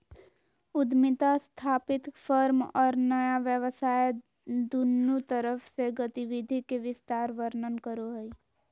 उद्यमिता स्थापित फर्म और नया व्यवसाय दुन्नु तरफ से गतिविधि के विस्तार वर्णन करो हइ